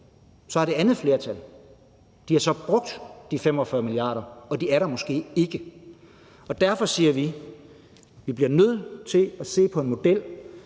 så har det andet flertal brugt de 45 mia. kr., som så måske ikke er der. Derfor siger vi, at vi bliver nødt til at se på en model,